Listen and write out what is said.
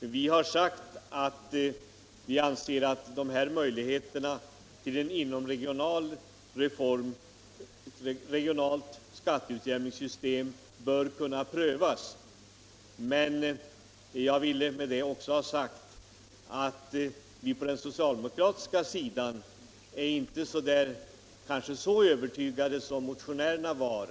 Det står där att möjligheterna till ett inomregionalt skatteutjämningssystem bör kunna prövas. Men jag vill också ha sagt att vi på den socialdemokratiska sidan kanske inte är så övertygade som motionärerna var